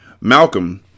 Malcolm